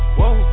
whoa